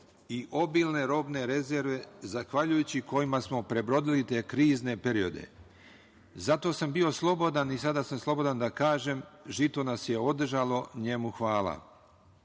i obilne robne rezerve zahvaljujući kojim smo prebrodili te krizne periode. Zato sam bio slobodan i sada sam slobodan da kažem - žito nas je održalo, njemu hvala.